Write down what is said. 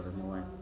more